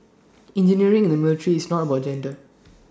engineering in the military is not about gender